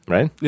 Right